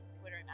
twitter